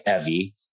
Evie